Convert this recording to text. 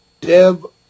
Deb